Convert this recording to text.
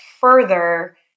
further